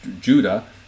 Judah